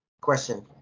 question